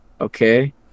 Okay